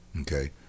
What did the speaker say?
Okay